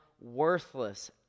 worthless